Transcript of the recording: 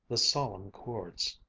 the solemn chords.